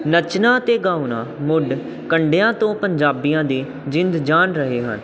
ਨੱਚਣਾ ਅਤੇ ਗਾਉਣਾ ਮੁੱਢ ਕੰਡਿਆਂ ਤੋਂ ਪੰਜਾਬੀਆਂ ਦੀ ਜਿੰਦ ਜਾਨ ਰਹੇ ਹਨ